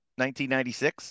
1996